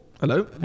hello